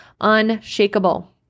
unshakable